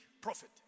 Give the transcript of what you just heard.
prophet